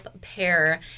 pair